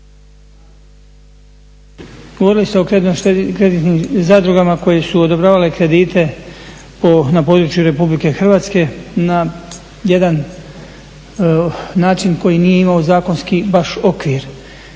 govorili o zadrugama koje su odobravale kredite na području Republike Hrvatske na jedan način koji nije imao zakonski baš okvir.